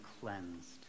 cleansed